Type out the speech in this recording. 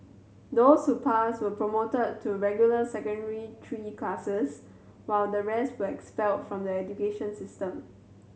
those who passed were promoted to regular Secondary Three classes while the rest were expelled from the education system